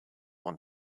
won